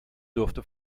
durfte